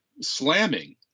slamming